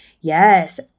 Yes